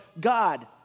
God